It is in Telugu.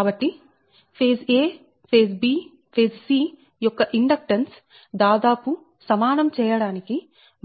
కాబట్టి phase a phase b phase c యొక్క ఇండక్టెన్స్ దాదాపు సమానం చేయడానికి